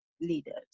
leaders